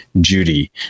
Judy